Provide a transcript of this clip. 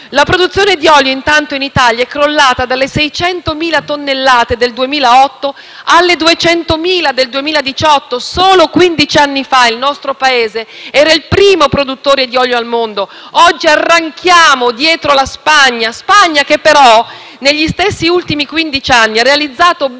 La produzione di olio intanto in Italia è crollata dalle 600.000 tonnellate del 2008 alle 200.000 del 2018: solo quindici anni fa il nostro Paese era il primo produttore di olio al mondo; oggi arranchiamo dietro la Spagna, che però negli stessi ultimi quindici anni ha realizzato ben